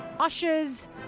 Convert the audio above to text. Usher's